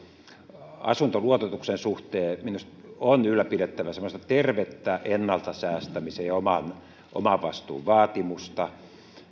asuntoluototuksen suhteen minusta on ylläpidettävä tervettä ennalta säästämisen ja omavastuun vaatimusta